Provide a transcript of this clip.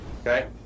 Okay